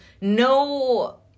no